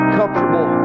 comfortable